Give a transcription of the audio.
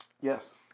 Yes